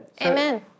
Amen